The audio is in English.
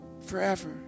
forever